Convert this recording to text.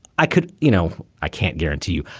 i could. you know, i can't guarantee you.